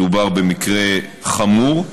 מדובר במקרה חמור,